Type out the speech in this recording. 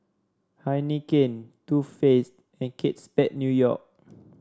Heinekein Too Faced and Kate Spade New York